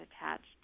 attached